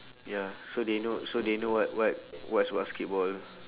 ya so they know so they know what what what's basketball